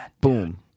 Boom